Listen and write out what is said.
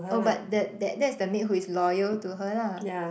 oh but that that is the maid who is loyal to her lah